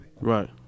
Right